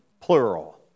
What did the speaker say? Plural